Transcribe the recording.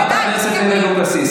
חברת הכנסת לוי אבקסיס,